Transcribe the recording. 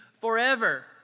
forever